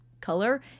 color